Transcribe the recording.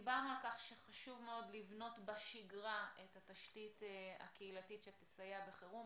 דיברנו על כך שחשוב מאוד לבנות בשגרה את התשתית הקהילתית שתסייע בחירום,